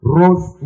rose